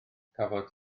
cafodd